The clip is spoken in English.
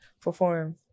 perform